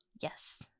Yes